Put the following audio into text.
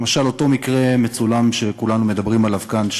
למשל אותו מקרה מצולם שכולנו מדברים עליו כאן,